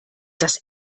das